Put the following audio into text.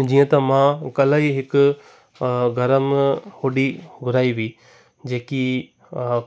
जीअं त मां कल्ह ई हिकु गरम हुडी घुराई हुई जेकी